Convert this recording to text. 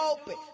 open